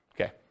Okay